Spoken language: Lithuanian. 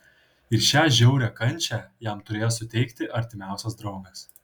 ir šią žiaurią kančią jam turėjo suteikti artimiausias draugas